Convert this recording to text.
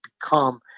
become